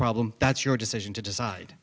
problem that's your decision to decide